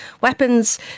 weapons